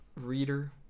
reader